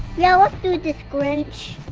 yeah, let's do this grinch!